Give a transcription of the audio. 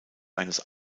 eines